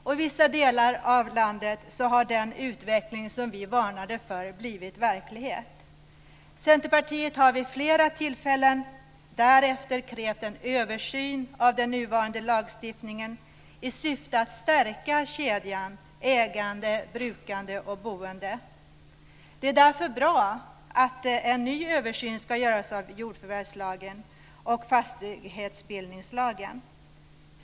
I vissa delar av landet har den utveckling som vi varnade för blivit verklighet. Centerpartiet har vid flera tillfällen därefter krävt en översyn av den gällande lagstiftningen i syfte att stärka kedjan ägande-brukande-boende. Det är därför bra att en ny översyn ska göras av jordförvärvslagen och fastighetsbildningslagen.